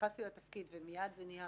כשנכנסתי לתפקיד ומיד זה נהיה